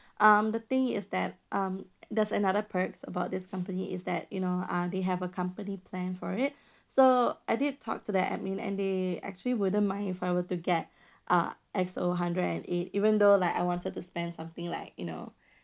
um the thing is that there's another perks about this company is that you know uh they have a company plan for it so I did talk to that admin and they actually wouldn't mind if I were to get uh X_O hundred and eight even though like I wanted to spend like you know